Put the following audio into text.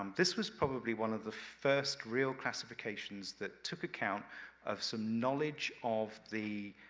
um this was probably one of the first real classifications that took account of some knowledge of the